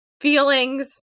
feelings